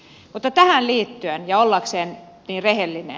mutta tähän liittyen ja ollakseni rehellinen